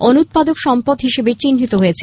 অনুৎপাদক সম্পদ হিসেবে চিহ্নিত হয়েছে